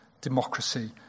democracy